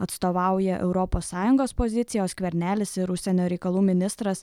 atstovauja europos sąjungos poziciją o skvernelis ir užsienio reikalų ministras